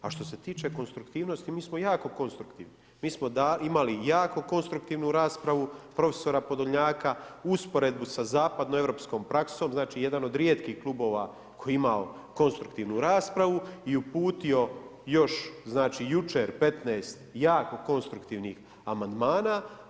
A što se tiče konstruktivnosti, mi smo jako konstruktivni, mi smo imali jako konstruktivnu raspravu prof. Podolnjaka, usporedbu sa zapadnoeuropskom praksom, znači jedan od rijetkih klubova koji je imao konstruktivnu raspravu i uputio još jučer 15 jako konstruktivnih amandmana.